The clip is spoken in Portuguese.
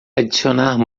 adicionar